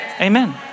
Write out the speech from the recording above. Amen